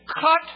cut